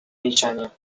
milczenie